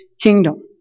kingdom